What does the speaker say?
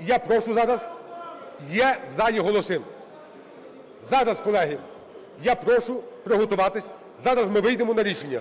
я прошу зараз, є в залі голоси. Зараз, колеги, я прошу приготуватися. Зараз ми вийдемо на рішення.